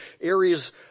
areas